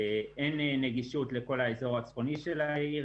אין נגישות לכל האזור הצפוני של העיר,